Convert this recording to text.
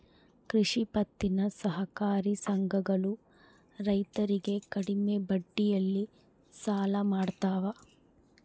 ಕೃಷಿ ಪತ್ತಿನ ಸಹಕಾರಿ ಸಂಘಗಳು ರೈತರಿಗೆ ಕಡಿಮೆ ಬಡ್ಡಿಯಲ್ಲಿ ಸಾಲ ಕೊಡ್ತಾವ